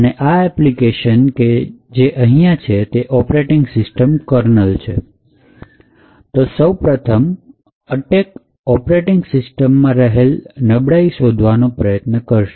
અને આ એપ્લિકેશન કે અહીંયા છે તે ઓપરેટિંગ સિસ્ટમકર્નલ છે તો સૌ પ્રથમ અટેક ઓપરેટિંગ સિસ્ટમમાં રહેલી નબળાઈઓ શોધવાનો પ્રયત્ન કરશે